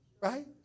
right